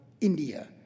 India